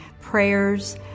prayers